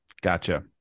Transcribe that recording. Gotcha